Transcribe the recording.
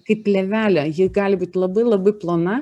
kaip plėvelę ji gali būti labai labai plona